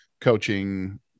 coaching